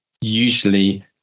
usually